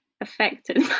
affected